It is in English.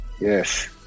Yes